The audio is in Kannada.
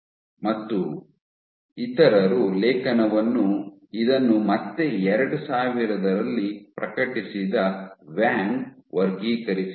ಮತ್ತು ಇತರರು ಲೇಖನವನ್ನು ಇದನ್ನು ಮತ್ತೆ 2000 ರಲ್ಲಿ ಪ್ರಕಟಿಸಿದ ವಾಂಗ್ ವರ್ಗೀಕರಿಸಿದ್ದಾರೆ